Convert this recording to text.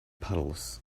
puddles